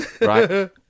right